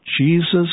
Jesus